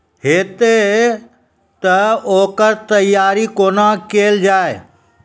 हेतै तअ ओकर तैयारी कुना केल जाय?